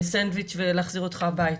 סנדוויץ' ולהחזיר אותך הביתה.